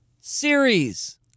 series